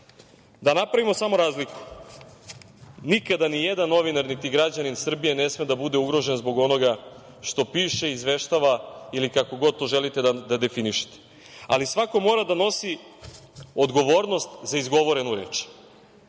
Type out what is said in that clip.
napravimo samo razliku. Nikada nijedan novinar, niti građanin Srbije ne sme da bude ugrožen zbog onoga što piše, izveštava ili kako god to želite da definišete, ali svako mora da nosi odgovornost za izgovorenu reč.